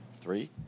Three